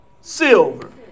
Silver